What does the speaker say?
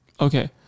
Okay